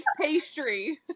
pastry